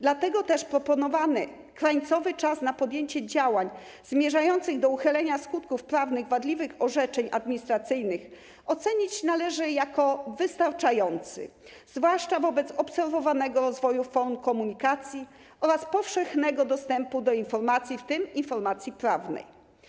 Dlatego też proponowany krańcowy czas na podjęcie działań zmierzających do uchylenia skutków prawnych wadliwych orzeczeń administracyjnych ocenić należy jako wystarczający, zwłaszcza wobec obserwowanego rozwoju form komunikacji oraz powszechnego dostępu do informacji, w tym informacji prawnej.